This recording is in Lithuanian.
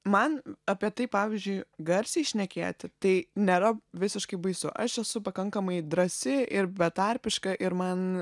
man apie tai pavyzdžiui garsiai šnekėti tai nėra visiškai baisu aš esu pakankamai drąsi ir betarpiška ir man